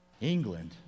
England